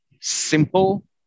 simple